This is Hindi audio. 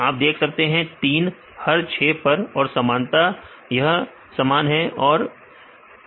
आप देख सकते हैं 3 हर 6 पर और समानता यह समान T है और समान S है